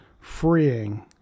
freeing